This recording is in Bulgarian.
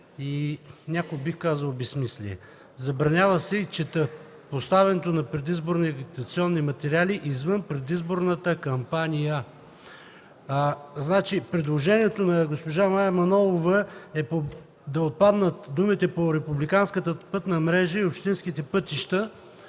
някакво, бих казал, безсмислие. Забранява се, чета: „поставянето на предизборни агитационни материали извън предизборната кампания”. Предложението на госпожа Мая Манолова е да отпаднат думите „по републиканската пътна мрежа и общинските пътища”,